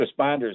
responders